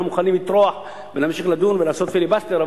אנחנו מוכנים לטרוח ולהמשיך לדון ולעשות פיליבסטר,